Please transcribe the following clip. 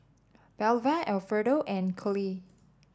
Belva Alfredo and Coley